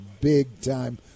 big-time